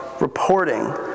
reporting